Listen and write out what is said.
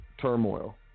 turmoil